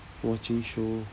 watching show